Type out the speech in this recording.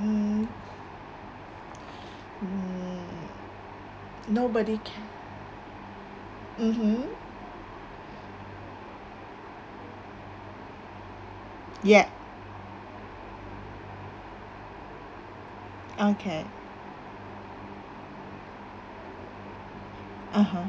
mm nobody can mmhmm yet okay (uh huh)